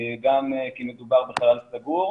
גם כי מדובר בחלל סגור,